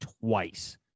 twice